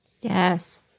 Yes